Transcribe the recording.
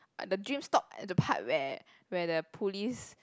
but the dream stop at the part where where the police